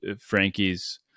Frankie's